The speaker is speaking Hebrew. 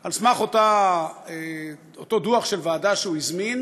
על סמך אותו דוח של ועדה שהוא הזמין.